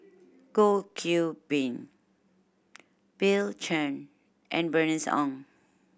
Goh Qiu Bin Bill Chen and Bernice Ong